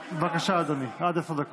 דקות.